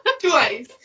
Twice